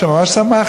שממש שמחתי,